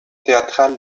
théâtrale